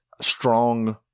strong